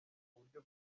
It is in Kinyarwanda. buryo